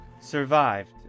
Survived